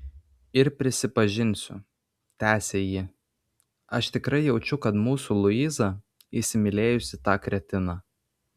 ir prisipažinsiu tęsė ji aš tikrai jaučiu kad mūsų luiza įsimylėjusi tą kretiną